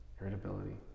irritability